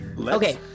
Okay